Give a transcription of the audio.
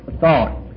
thought